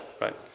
right